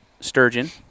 sturgeon